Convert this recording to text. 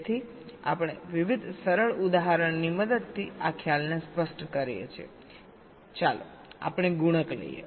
તેથી આપણે વિવિધ સરળ ઉદાહરણની મદદથી આ ખ્યાલને સ્પષ્ટ કરીએ છીએ ચાલો આપણે ગુણક લઈએ